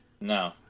No